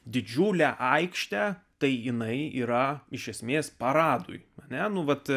didžiulę aikštę tai jinai yra iš esmės paradui ne nu vat